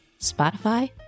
Spotify